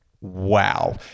wow